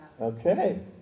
Okay